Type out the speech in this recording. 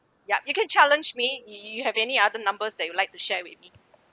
ya you can challenge me if if you have any other numbers that you like to share with me